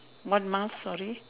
what must sorry